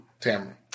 Tamara